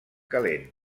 calent